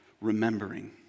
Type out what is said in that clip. remembering